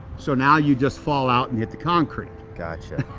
so now you just fall out and hit the concrete. gotcha.